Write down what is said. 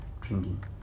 drinking